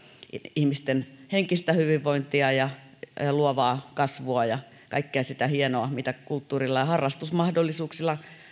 ihmisten henkistä hyvinvointia luovaa kasvua ja kaikkea sitä hienoa mitä kulttuuri ja harrastusmahdollisuudet